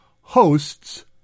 hosts